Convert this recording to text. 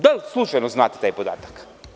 Da li slučajno znate taj podatak?